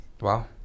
Wow